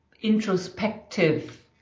introspective